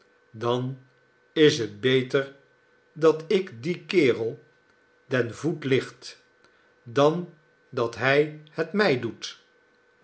dan is het beter dat ik dien kerel den voet licht dan dat hij het mij doet